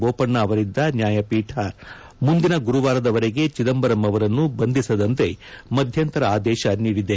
ಬೋಪಣ್ಣ ಅವರಿದ್ದ ನ್ಯಾಯಖೀಕ ಮುಂದಿನ ಗುರುವಾರದವರಗೆ ಚಿದಂಬರಂ ಅವರನ್ನು ಬಂಧಿಸದಂತೆ ಮಧ್ಯಂತರ ಆದೇಶ ನೀಡಿದೆ